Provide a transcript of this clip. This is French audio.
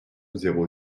zéro